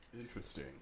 Interesting